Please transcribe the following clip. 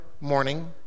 morning